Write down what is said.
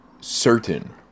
certain